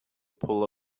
pull